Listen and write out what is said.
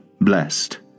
blessed